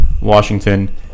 Washington